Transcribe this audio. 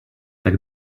так